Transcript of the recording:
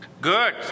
Good